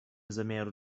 zamiaru